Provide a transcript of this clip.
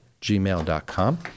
gmail.com